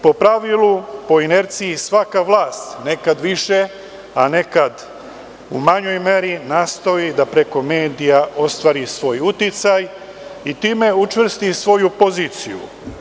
Po pravilu, po inerciji, svaka vlast, nekad više, a nekad u manjoj meri, nastoji da preko medija ostvari svoj uticaj i time učvrsti svoju poziciju.